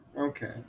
Okay